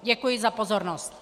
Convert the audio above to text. Děkuji za pozornost.